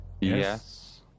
Yes